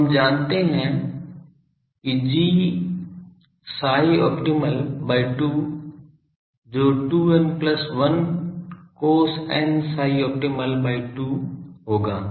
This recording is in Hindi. तो हम जानते हैं कि gψopt by 2 जो 2 n plus 1 cos n ψopt by 2 होगा